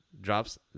drops